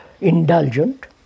indulgent